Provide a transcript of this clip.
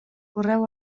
correu